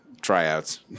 Tryouts